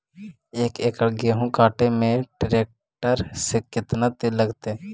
एक एकड़ गेहूं काटे में टरेकटर से केतना तेल लगतइ?